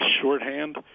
shorthand